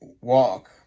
walk